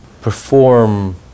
perform